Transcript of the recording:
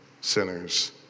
sinners